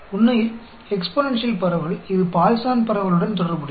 உண்மையில் எக்ஸ்பொனென்ஷியல் பரவல் இது பாய்சான் பரவலுடன் தொடர்புடையது